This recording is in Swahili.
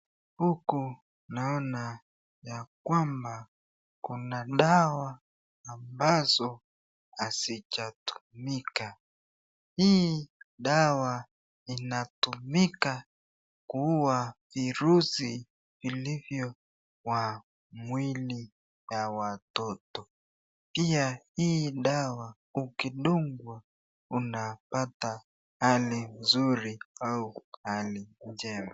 Huku naona ya kwamba kuna dawa ambazo hazijatumika. Hii dawa inatumika kuua virusi ilivyo kwa mwili ya watoto. Pia hii dawa ukidungwa unapata hali nzuri au hali njema.